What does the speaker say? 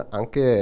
anche